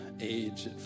age